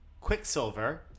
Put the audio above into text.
Quicksilver